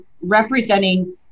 representing